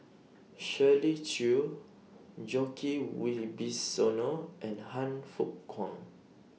Shirley Chew Djoko Wibisono and Han Fook Kwang